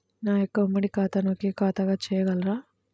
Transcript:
నా యొక్క ఉమ్మడి ఖాతాను ఒకే ఖాతాగా చేయగలరా?